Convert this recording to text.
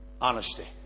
Honesty